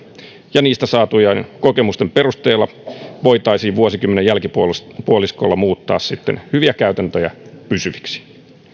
ja niistä saatujen kokemusten perusteella voitaisiin vuosikymmenen jälkipuoliskolla muuttaa sitten hyviä käytäntöjä pysyviksi